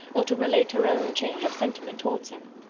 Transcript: or to relate her own change of sentiment towards him.